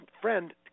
friend